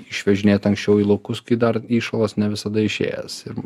išvežinėt anksčiau į laukus kai dar įšalas ne visada išėjęs ir